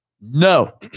no